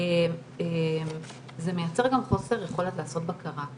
חוסר יכולת לעשות בקרה.